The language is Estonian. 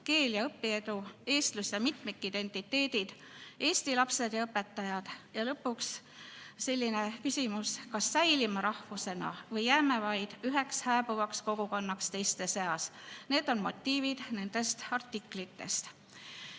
keel ja õpiedu; eestlus ja mitmikidentiteedid, eesti lapsed ja õpetajad. Ja lõpuks selline küsimus, kas säilime rahvusena või jääme vaid üheks hääbuvaks kogukonnaks teiste seas. Need on motiivid nendest artiklitest.